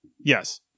Yes